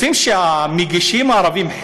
רוצים שהמגישים הערבים,